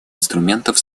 инструментов